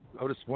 Otis